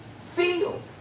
field